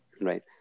right